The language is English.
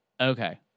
Okay